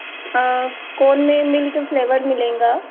कौन में milk flavour मिलेगा